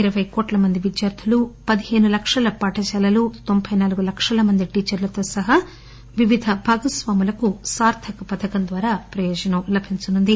ఇరవై కోట్ల మంది విద్యార్దులు పదిహేను లక్షల పాఠశాలలు తొంభై నాలుగు లక్షల మంది టీచర్లతో సహా వివిధ భాగస్వాములకు సార్థక్ పథకం ద్వారా ప్రయోజనం లభించనుంది